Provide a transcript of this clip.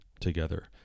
together